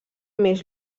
més